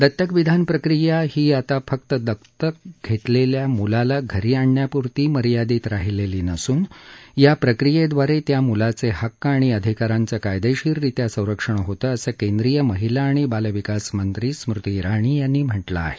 दत्तक विधान प्रक्रिया ही आता फक्त दत्तक घेतलेल्या मुलाला घरी आणण्यापुरता मर्यादित राहीलेली नसून या प्रक्रियेद्वारे त्या मुलाचे हक्क आणि अधिकारांचं कायदेशीररित्या संरक्षण होतं असं केंद्रीय महिला आणि बालविकास मंत्री स्मृती जिणी यांनी म्हटलं आहे